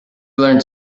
learned